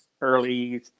early